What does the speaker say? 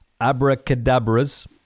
abracadabras